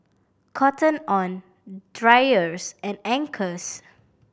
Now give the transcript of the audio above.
Cotton On Dreyers and Anchors